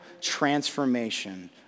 transformation